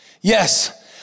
Yes